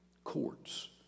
Courts